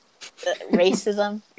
racism